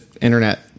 internet